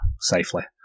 safely